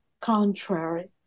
contrary